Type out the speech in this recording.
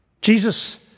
Jesus